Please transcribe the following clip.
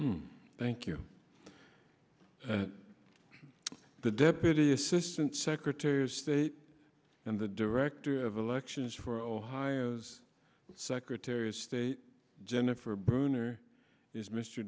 night thank you the deputy assistant secretary of state and the director of elections for ohio's secretary of state jennifer bruner is mr